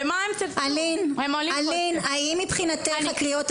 ומה עם "אם תרצו"?